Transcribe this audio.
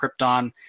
Krypton